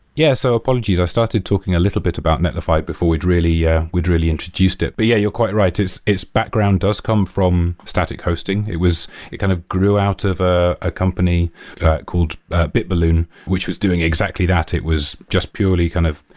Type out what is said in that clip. yeah. so apologies. i started talking a little bit about netlify before we'd really yeah we'd really introduced it. but yeah, you're quite right. its its background does come from static hosting. it kind of grew out of ah a company called bitballoon, which was doing exactly that. it was just purely kind of,